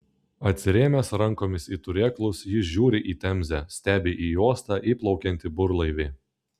atsirėmęs rankomis į turėklus jis žiūri į temzę stebi į uostą įplaukiantį burlaivį